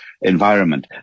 environment